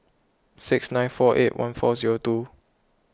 six nine four eight one four zero two